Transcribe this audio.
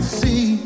see